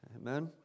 Amen